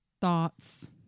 Thoughts